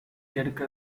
கெடுக்க